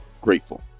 grateful